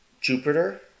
Jupiter